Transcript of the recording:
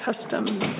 customs